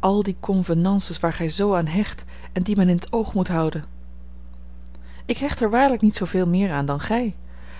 al die convenances waar gij zoo aan hecht en die men in t oog moet houden ik hecht er waarlijk niet zooveel meer aan dan gij